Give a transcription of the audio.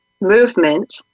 movement